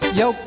yo